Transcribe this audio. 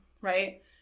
right